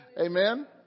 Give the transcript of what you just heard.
Amen